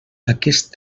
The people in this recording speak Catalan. aquest